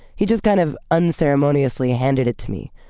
he just kind of unceremoniously handed it to me.